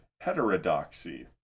heterodoxy